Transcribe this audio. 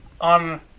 on